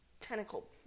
tentacle